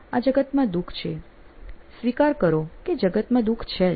આ જગતમાં દુખ છે સ્વીકાર કરો કે જગતમાં દુખ છે જ